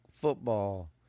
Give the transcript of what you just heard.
football